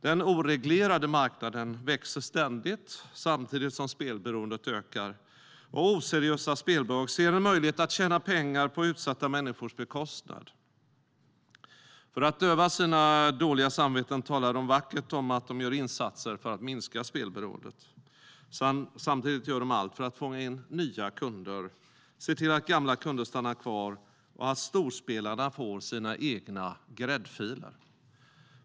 Den oreglerade marknaden växer samtidigt som spelberoendet ökar. Oseriösa spelbolag ser en möjlighet att tjäna pengar på utsatta människors bekostnad. För att döva sitt dåliga samvete talar de vackert om att de gör insatser för att minska spelberoendet. Samtidigt gör de allt för att fånga in nya kunder, att se till att gamla kunder stannar kvar och att storspelarna får sina egna gräddfiler.